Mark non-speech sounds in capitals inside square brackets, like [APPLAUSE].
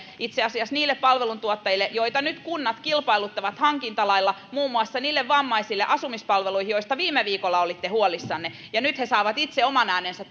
itse asiassa niille palveluntuottajille joita nyt kunnat kilpailuttavat hankintalailla muun muassa vammaisten asumispalvelujen osalta joista viime viikolla olitte huolissanne nyt he saavat itse oman äänensä [UNINTELLIGIBLE]